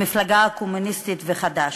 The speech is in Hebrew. המפלגה הקומוניסטית וחד"ש,